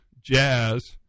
jazz